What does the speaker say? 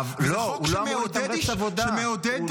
זה חוק שמעודד אבטלה.